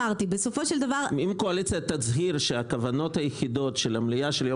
אם הקואליציה תבהיר שהכוונות היחידות של המליאה של יום